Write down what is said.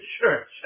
church